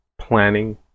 planning